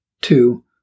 Two